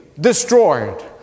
destroyed